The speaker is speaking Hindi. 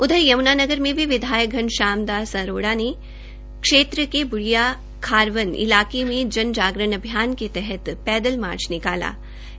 उधर यम्नानगर में भी विधायक घनश्याम दास अरोड़ा ने क्षेत्र के बूडिया खारवन इलाके मे जन जागरण अभियान के तहत पैदल मार्च निकाला गया